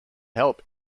help